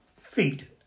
feet